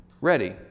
ready